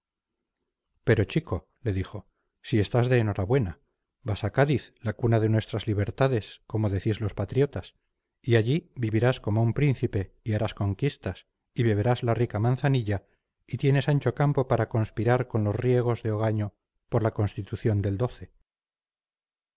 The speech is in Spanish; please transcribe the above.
pero chico le dijo si estás de enhorabuena vas a cádiz la cuna de nuestras libertades como decís los patriotas y allí vivirás como un príncipe y harás conquistas y beberás la rica manzanilla y tienes ancho campo para conspirar con los riegos de ogaño por la constitución del